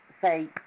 say